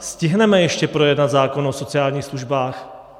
Stihneme ještě projednat zákon o sociálních službách?